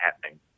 happening